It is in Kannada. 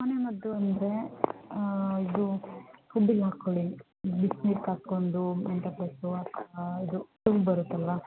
ಮನೆಮದ್ದು ಅಂದರೆ ಇದು ಮಾಡಿಕೊಳ್ಳಿ ಬಿಸ್ನೀರು ಕಾಯ್ಸ್ಕೊಂಡು ಮೆಂತೊ ಪ್ಲಸ್ಸು ಇದು ಬರುತ್ತಲ್ಲವಾ